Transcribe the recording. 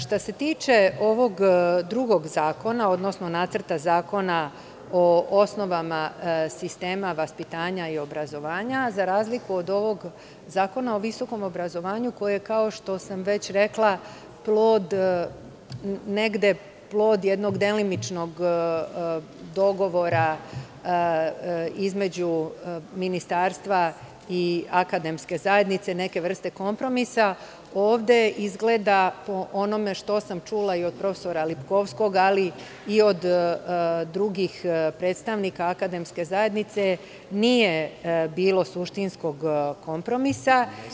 Što se tiče ovog drugog zakona, odnosno Nacrta zakona o osnovama sistema vaspitanja i obrazovanja, za razliku od ovog Zakona o visokom obrazovanju, koje je, kao što sam već rekla, negde plod jednog delimičnog dogovora između ministarstva i akademske zajednice, neka vrsta kompromisa, ovde izgleda po onome što sam čula i od profesora Lipkovskog, ali i od drugih predstavnika akademske zajednice, nije bilo suštinskog kompromisa.